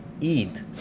eat